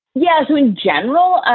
yeah so in general,